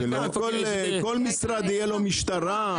כל משרד יהיה לו משטרה.